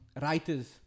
writers